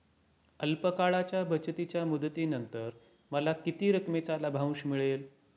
अल्प काळाच्या बचतीच्या मुदतीनंतर मला किती रकमेचा लाभांश मिळेल?